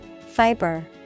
Fiber